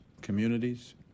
communities